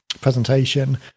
presentation